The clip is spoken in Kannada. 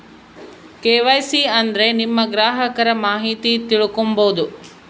ಕೆ.ವೈ.ಸಿ ಅಂದ್ರೆ ನಿಮ್ಮ ಗ್ರಾಹಕರ ಮಾಹಿತಿ ತಿಳ್ಕೊಮ್ಬೋದು